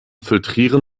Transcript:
filtrieren